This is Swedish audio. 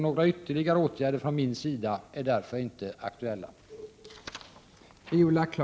Några ytterligare åtgärder från min sida är därför inte aktuella.